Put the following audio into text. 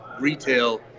retail